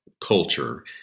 culture